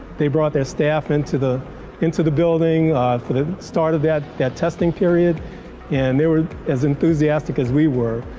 they brought their staff into the into the building for the start of that that testing period and they were as enthusiastic as we were.